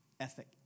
Ethic